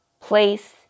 place